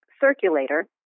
circulator